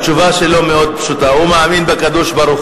התשובה שלו מאוד פשוטה: הוא מאמין בקדוש-ברוך-הוא.